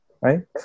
right